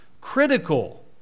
critical